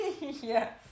Yes